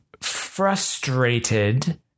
frustrated